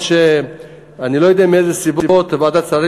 אף שאני לא יודע מאיזה סיבות ועדת שרים